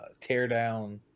teardown